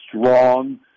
strong